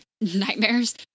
nightmares